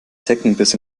zeckenbiss